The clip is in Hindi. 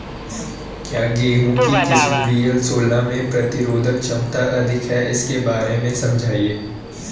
क्या गेहूँ की किस्म वी.एल सोलह में प्रतिरोधक क्षमता अधिक है इसके बारे में समझाइये?